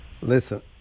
Listen